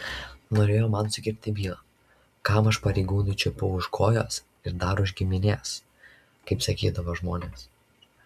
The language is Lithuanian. norėjo man sukirpti bylą kam aš pareigūnui čiupau už kojos ir dar už giminės kaip sakydavo žmonės